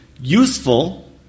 useful